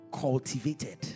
cultivated